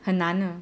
很难呢